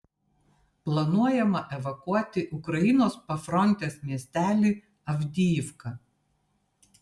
planuojama evakuoti ukrainos pafrontės miestelį avdijivką